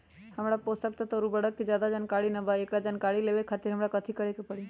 हमरा पोषक तत्व और उर्वरक के ज्यादा जानकारी ना बा एकरा जानकारी लेवे के खातिर हमरा कथी करे के पड़ी?